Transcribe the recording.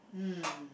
mm